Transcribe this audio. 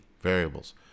variables